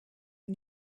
een